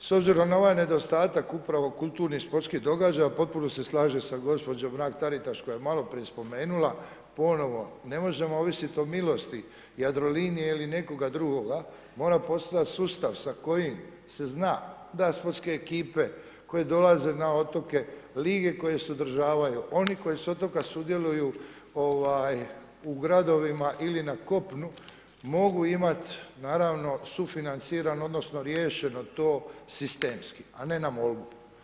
S obzirom na ovaj nedostatak upravo kulturnih i sportskih događaja, potpuno se slažem sa gospođom Mrak Taritaš koja je maloprije spomenula, ponovno ne možemo ovisiti o milosti Jadrolinije ili nekoga drugoga, mora postojati sustav sa kojim se zna da sportske ekipe koje dolaze na otoke lige koje se održavaju, oni koji su sa otoka sudjeluju u gradovima ili na kopnu mogu imat naravno, sufinanciran odnosno riješeno to sistemski a ne na molbu.